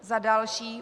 Za další.